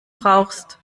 brauchst